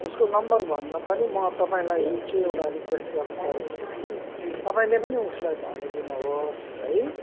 उसको नम्बरभन्दा पनि म तपाईँलाई के एउटा रिक्वेस्ट गर्नु पर्यो भनेदेखि तपाईँले पनि उसलाई भनिदिनुहोस् है